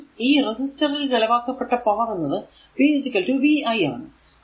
ഇനി റെസിസ്റ്റർ ൽ ചെലവാക്കപ്പെട്ട പവർ എന്നത് p vi ആണ്